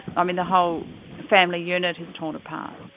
i mean the whole family unit is torn apart.